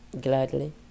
gladly